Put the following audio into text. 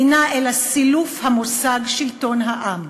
אינה אלא סילוף המושג 'שלטון העם'.